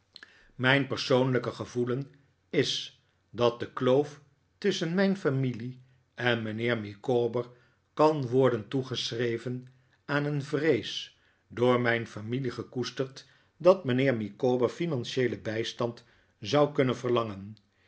mijn persoonlijke gevoelen is dat de kloof tusschen mijn familie en mijnheer micawber kan worden toegeschreven aan een vrees door mijn familie gekoesterd dat mijnheer micawber financieelen bijstand zou kunnen verlangen